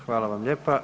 Hvala vam lijepa.